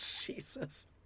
Jesus